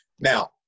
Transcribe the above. Now